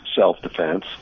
self-defense